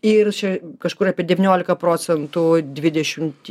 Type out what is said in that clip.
ir čia kažkur apie devyniolika procentų dvidešimt